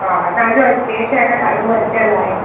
हा तव्हांजो अजमेर शहरु त ॾाढो वसियलु आहे